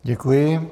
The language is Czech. Děkuji.